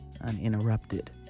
uninterrupted